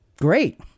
Great